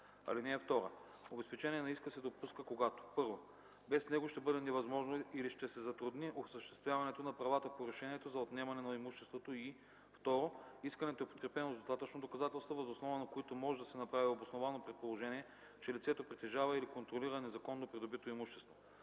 мярка. (2) Обезпечение на иска се допуска когато: 1. без него ще бъде невъзможно или ще се затрудни осъществяването на правата по решението за отнемане на имуществото, и второ, искането е подкрепено с достатъчно доказателства, въз основа на които може да се направи обосновано предположение че лицето притежава или контролира незаконно придобито имущество.